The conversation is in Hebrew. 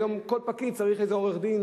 היום כל פקיד צריך איזה עורך-דין